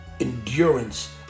endurance